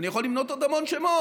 אני יכול למנות עוד הרבה שמות,